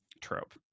trope